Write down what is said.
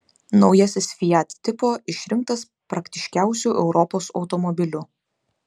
naujasis fiat tipo išrinktas praktiškiausiu europos automobiliu